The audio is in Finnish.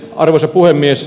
arvoisa puhemies